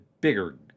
bigger